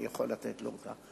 אני יכול לתת לו אותה.